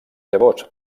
llavors